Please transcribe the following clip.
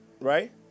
Right